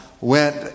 went